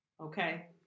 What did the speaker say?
okay